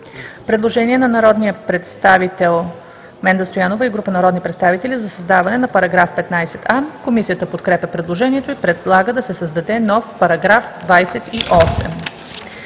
Предложение на народния представител Менда Стоянова и група народни представители за създаване на § 15а. Комисията подкрепя предложението и предлага да се създаде нов § 28: „§ 28.